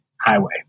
highway